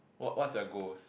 what what's your goals